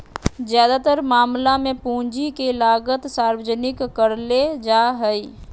ज्यादातर मामला मे पूंजी के लागत सार्वजनिक करले जा हाई